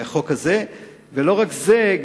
ולא רק זה,